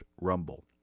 Rumble